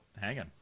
hanging